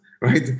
right